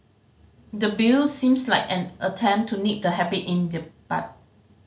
the Bill seems like an attempt to nip the habit in the bud